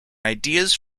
ideas